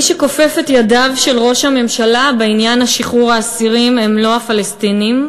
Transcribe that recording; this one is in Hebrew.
מי שכופפו את ידיו של ראש הממשלה בעניין שחרור האסירים הם לא הפלסטינים,